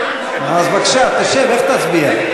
אז, בבקשה, תשב, איך תצביע?